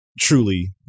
truly